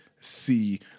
see